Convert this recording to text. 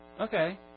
Okay